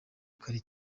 kare